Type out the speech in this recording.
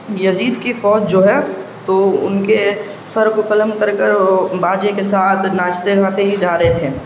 یزید کے فوج جو ہے تو ان کے سر کو قلم کر کر باجے کے ساتھ ناچتے گاتے ہی جا رہے تھے